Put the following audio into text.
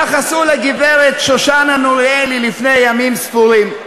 כך עשו לגברת שושנה נוריאל לפני ימים ספורים,